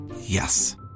Yes